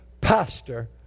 pastor